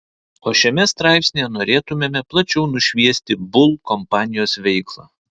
o šiame straipsnyje norėtumėme plačiau nušviesti bull kompanijos veiklą